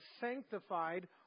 sanctified